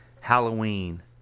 Halloween